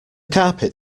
carpet